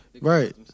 Right